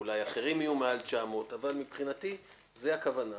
ואולי אחרים יהיו מעל 900, אבל זו הכוונה.